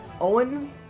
Owen